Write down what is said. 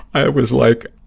i was like,